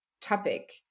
topic